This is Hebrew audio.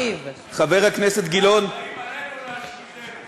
כולם באים עלינו להשמידנו.